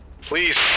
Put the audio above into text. Please